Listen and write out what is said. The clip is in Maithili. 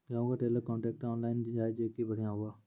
गेहूँ का ट्रेलर कांट्रेक्टर ऑनलाइन जाए जैकी बढ़िया हुआ